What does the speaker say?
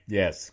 yes